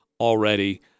already